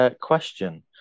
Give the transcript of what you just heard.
question